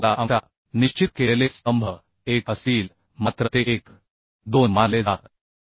प्रत्येक टोकाला अंशतः निश्चित केलेले स्तंभ 1 असतील मात्र ते 1 मानले जातात